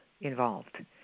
involved